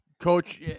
Coach